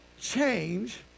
change